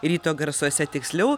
ryto garsuose tiksliau